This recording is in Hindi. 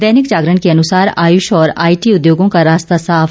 दैनिक जागरण के अनुसार आयुष और आईटी उद्योगों का रास्ता साफ